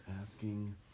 asking